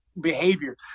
behavior